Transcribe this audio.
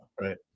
Right